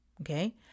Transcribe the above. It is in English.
okay